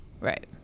Right